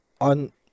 on